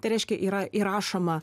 tai reiškia yra įrašoma